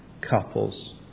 couples